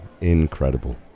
Incredible